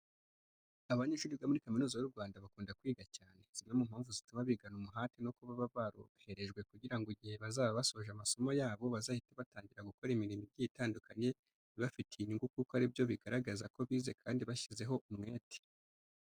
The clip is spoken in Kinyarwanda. Abanyeshuri biga muri Kaminuza y'u Rwanda bakunda kwiga cyane. Zimwe mu mpamvu zituma bigana umuhate ni uko baba baroherejwe kugira ngo igihe bazaba basoje amasomo yabo, bazahite batangira gukora imirimo igiye itandukanye ibafitiye inyungu kuko ari byo bigaragaza ko bize kandi bashyizeho umwete.